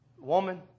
Woman